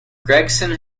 gregson